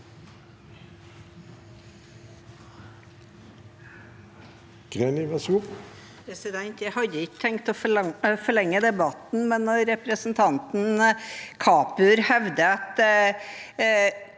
Jeg hadde ikke tenkt å forlenge debatten, men når representanten Kapur hevder at